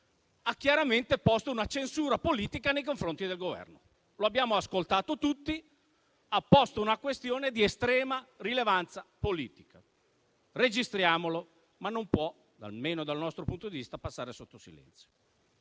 ha chiaramente posto una censura politica nei confronti del Governo. Lo abbiamo sentito tutti: ha posto una questione di estrema rilevanza politica. Lo registriamo e non può, almeno dal nostro punto di vista, passare sotto silenzio.